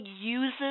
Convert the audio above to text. uses